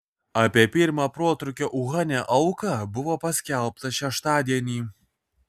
apie pirmą protrūkio uhane auką buvo paskelbta šeštadienį